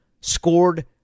scored